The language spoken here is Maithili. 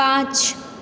पाँच